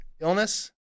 Illness